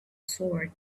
sword